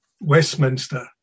Westminster